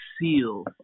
seal